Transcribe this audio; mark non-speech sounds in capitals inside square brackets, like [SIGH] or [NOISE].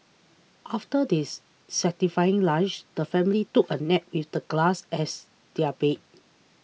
after this satisfying lunch the family took a nap with the grass as their bed [NOISE]